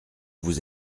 vous